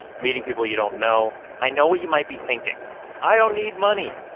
meeting people you don't know i know what you might be thinking i don't need money,